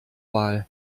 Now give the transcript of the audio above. wahl